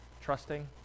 Trusting